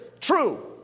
true